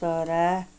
चरा